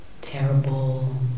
terrible